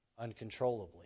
uncontrollably